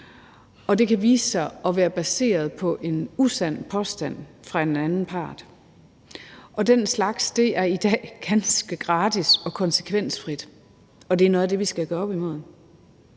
og det kan vise sig at være baseret på en usand påstand fra en anden part. Og den slags er i dag ganske gratis og konsekvensfrit, og det er noget af det, vi skal gøre op med.